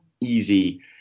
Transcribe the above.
easy